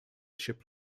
ship